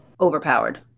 overpowered